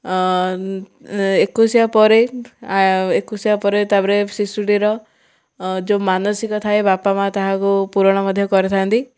ଏକୋଇଶିଆ ପରେ ଏକୋଇଶିଆ ପରେ ତାପରେ ଶିଶୁଟିର ଯେଉଁ ମାନସିକ ଥାଏ ବାପା ମା' ତାହାକୁ ପୁରଣ ମଧ୍ୟ କରିଥାନ୍ତି